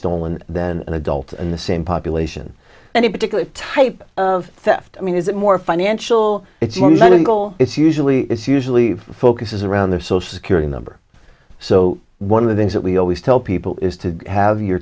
stolen than an adult in the same population any particular type of theft i mean is it more financial it's going to go it's usually it's usually focuses around their social security number so one of the things that we always tell people is to have your